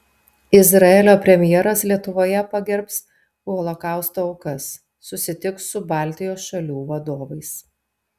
izraelio premjeras lietuvoje pagerbs holokausto aukas susitiks su baltijos šalių vadovais